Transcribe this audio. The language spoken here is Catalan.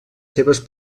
seves